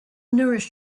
nourish